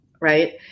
right